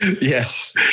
Yes